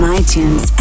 itunes